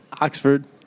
Oxford